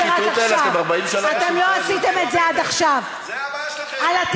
זו הבעיה שלכם כבר 40 שנה,